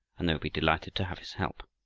and they would be delighted to have his help.